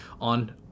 on